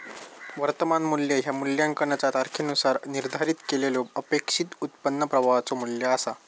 वर्तमान मू्ल्य ह्या मूल्यांकनाचा तारखेनुसार निर्धारित केलेल्यो अपेक्षित उत्पन्न प्रवाहाचो मू्ल्य असा